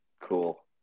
Cool